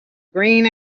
green